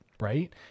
Right